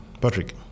Patrick